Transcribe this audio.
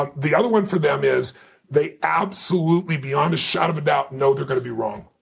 ah the other one for them is they absolutely beyond a shadow of a doubt know they're going to be wrong.